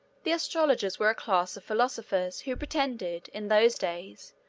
the astrologers were a class of philosophers who pretended, in those days,